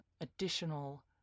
additional